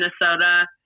Minnesota